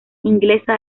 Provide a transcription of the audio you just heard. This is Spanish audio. inglesa